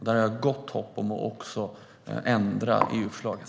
Där har jag gott hopp om att kunna ändra EU-förslaget.